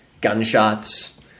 gunshots